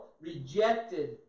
rejected